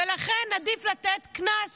ולכן עדיף לתת קנס,